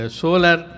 solar